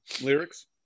lyrics